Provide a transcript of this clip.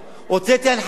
חבר הכנסת אדרי,